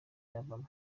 yavamo